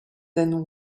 than